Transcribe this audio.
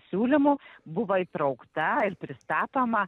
siūlymu buvo įtraukta ir pristatoma